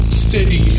steady